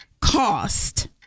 cost